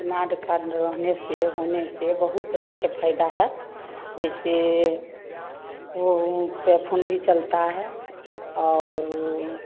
smart card रहने से होने से बहुत रंग के फायदा है जैसे फ़ोन भी चलता है और